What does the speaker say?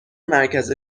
مرکز